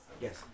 Yes